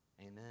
Amen